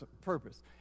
purpose